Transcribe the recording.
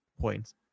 points